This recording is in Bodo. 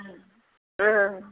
ओं